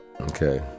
okay